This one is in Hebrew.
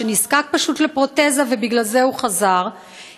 שנזקק פשוט לפרוטזה ובגלל זה הוא חזר,